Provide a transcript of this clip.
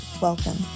welcome